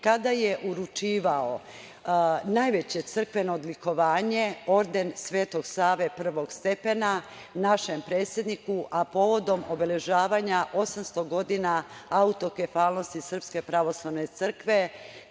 kada je uručivao najveće crkveno odlikovanje Orden Sv. Save prvog stepena našem predsedniku, a povodom obeležavanja 800 godina autokefalnosti SPC, kada je